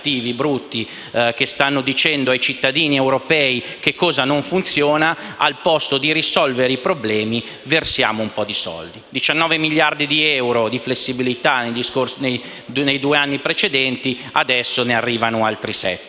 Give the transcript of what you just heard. un po' di soldi. Pertanto, 19 miliardi di euro di flessibilità nei due anni precedenti e adesso ne arrivano altri 7: